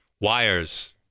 wires